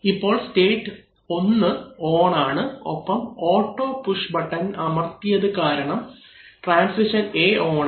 ഇപ്പോൾ state 1 on ആണ് ഒപ്പം ഓട്ടോ പുഷ് ബട്ടൺ അമർത്തിയത് കാരണം ട്രാൻസിഷൻ A ഓൺ ആയി